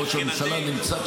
ראש הממשלה נמצא,